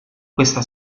questa